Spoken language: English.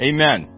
Amen